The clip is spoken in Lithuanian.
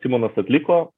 simonas atliko